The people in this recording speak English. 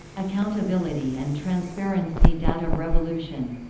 accountability and transparency data revolution